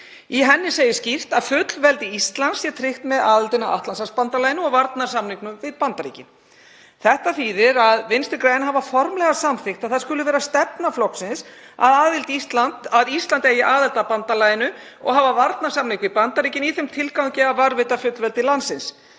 Í henni segir skýrt að fullveldi Íslands sé tryggt með aðildinni að Atlantshafsbandalaginu og varnarsamningnum við Bandaríkin. Þetta þýðir að Vinstri græn hafa formlega samþykkt að það skuli vera stefna flokksins að Ísland eigi aðild að bandalaginu og hafa varnarsamning við Bandaríkin í þeim tilgangi að varðveita fullveldi landsins.